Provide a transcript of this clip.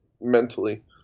Mentally